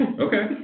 Okay